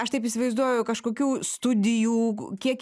aš taip įsivaizduoju kažkokių studijų kiek